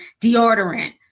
deodorant